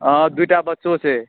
हँ दूटा बच्चो छै